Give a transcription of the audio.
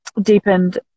deepened